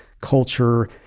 culture